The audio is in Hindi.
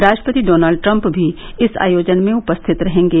राष्ट्रपति डॉनल्ड ट्रंप भी इस आयोजन में उपस्थित रहेंगे